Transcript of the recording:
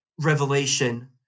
revelation